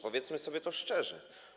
Powiedzmy sobie to szczerze.